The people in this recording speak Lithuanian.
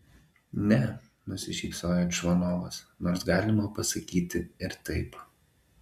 ne nusišypsojo čvanovas nors galima pasakyti ir taip